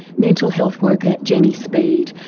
mental health worker jenny speed,